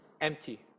empty